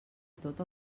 tot